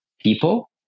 people